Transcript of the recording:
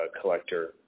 collector